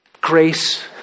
Grace